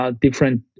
different